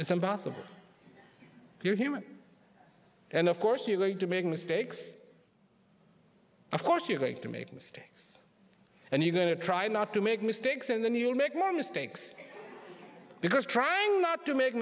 it's impossible you're human and of course you're going to make mistakes of course you're going to make mistakes and you're going to try not to make mistakes and then you'll make more mistakes because trying not to make a